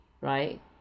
right